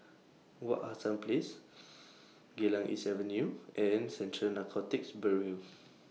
Wak Hassan Place Geylang East Avenue and Central Narcotics Bureau